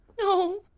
No